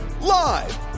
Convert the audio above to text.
Live